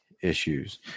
issues